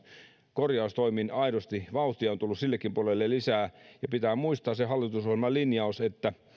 korjaustoimiin aidosti vauhtia on tullut sillekin puolelle lisää pitää muistaa se hallitusohjelmalinjaus että